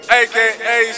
aka